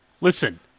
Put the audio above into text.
Listen